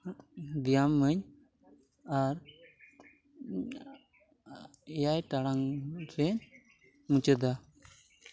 ᱵᱮᱭᱟᱢᱟᱹᱧ ᱟᱨ ᱮᱭᱟᱭ ᱴᱟᱲᱟᱝ ᱨᱮ ᱢᱩᱪᱟᱹᱫᱟ